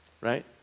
right